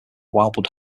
wildwood